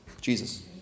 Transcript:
Jesus